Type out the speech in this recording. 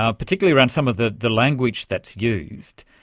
ah particularly around some of the the language that's used.